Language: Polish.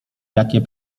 jakie